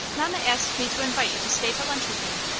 mamma asked me to invite you to stay to lunch with me.